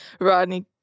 Rodney